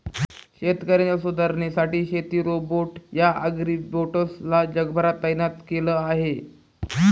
शेतकऱ्यांच्या सुधारणेसाठी शेती रोबोट या ॲग्रीबोट्स ला जगभरात तैनात केल आहे